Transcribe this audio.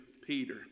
Peter